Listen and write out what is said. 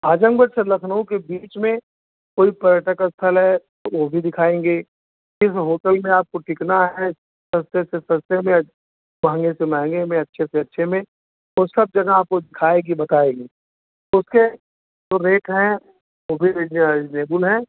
आजमगढ़ से लखनऊ के बीच में कोई पर्यटक स्थल है वो भी दिखाएँगे किस होटल में आपको टिकना है सस्ते से सस्ते में महँगे से महँगे में अच्छे से अच्छे में वह सब जगह आपको दिखाएगी बताएगी उसके जो रेट हैं वह भी रिजनेबुल है